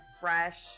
fresh